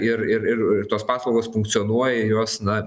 ir ir ir tos paslaugos funkcionuoja jos na